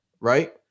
right